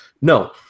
No